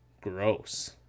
gross